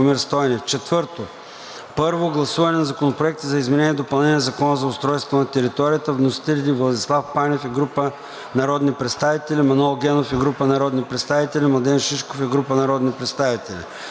4. Първо гласуване на Законопроекта за изменение и допълнение на Закона за устройство на територията, вносители Владислав Панев и група народни представители; Манол Генов и група народни представители; Младен Шишков и група народни представители.